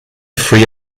free